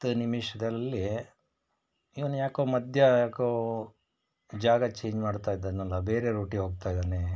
ಹತ್ತು ನಿಮಿಷದಲ್ಲಿ ಇವ್ನ್ಯಾಕೋ ಮಧ್ಯೆ ಯಾಕೋ ಜಾಗ ಚೇಂಜ್ ಮಾಡ್ತಾ ಇದ್ದಾನಲ್ಲ ಬೇರೆ ರೂಟಿಗೋಗ್ತಾ ಇದ್ದಾನೆ